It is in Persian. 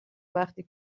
وقتی